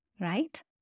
right